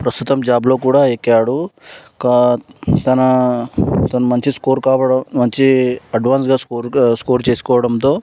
ప్రస్తుతం జాబులో కూడా ఎక్కాడు తన తను మంచి స్కోర్ కావ మంచి అడ్వాన్స్గా స్కోర్ స్కోర్ చేసుకోవడంతో